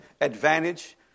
advantage